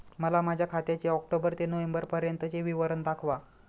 मला माझ्या खात्याचे ऑक्टोबर ते नोव्हेंबर पर्यंतचे विवरण दाखवा